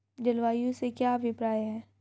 जलवायु से क्या अभिप्राय है?